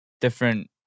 different